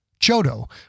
Chodo